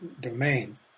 domain